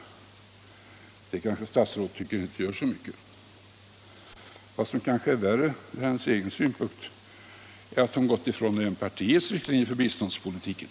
Det kanske statsrådet tycker inte gör så mycket. Vad som kanske är värre ur hennes egen synpunkt är att hon även gått ifrån partiets riktlinjer för biståndspolitiken.